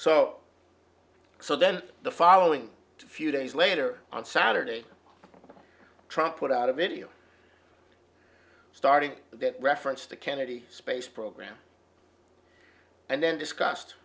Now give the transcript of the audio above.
so so then the following few days later on saturday trump put out a video starting that referenced the kennedy space program and then discussed